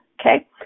Okay